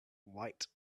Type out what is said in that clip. white